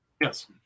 Yes